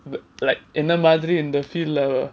the like என்ன மாதிரி:enna madhiri in the field uh